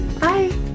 bye